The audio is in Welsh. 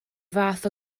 fath